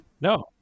no